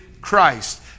Christ